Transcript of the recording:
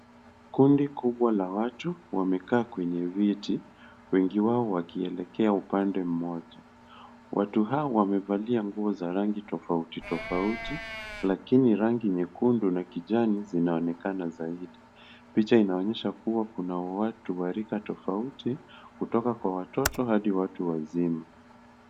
Kundi kubwa la watu wamekaa kwa viti, wengi wao wakielekea upande moja. Watu hawa wamevalia nguo za rangi tofauti tofauti lakini rangi nyekundu na kijani zinaonekana zaidi. Picha inaonyesha kuwa kuna watu wa rika tofauti kutoka kwa watoto Hadi watu wazima.